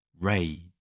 Rage